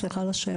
סליחה על השאלה.